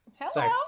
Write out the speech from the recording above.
Hello